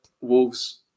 Wolves